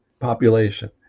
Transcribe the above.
population